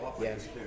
yes